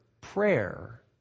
prayer